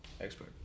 Expert